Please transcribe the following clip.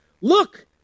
look